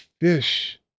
fish